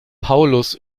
paulus